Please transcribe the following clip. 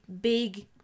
big